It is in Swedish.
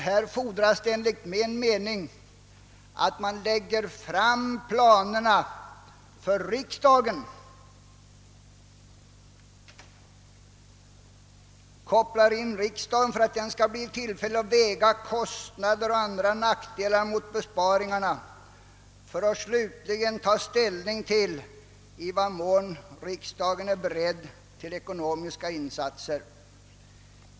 Här fordras enligt min mening att planerna läggs fram för riksdagen, så att den blir i tillfälle att väga kostnader och andra nackdelar mot besparingarna för att sedan ta ställning till i vad mån riksdagen är beredd till ekonomiska insatser.